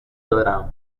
دارم